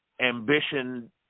ambition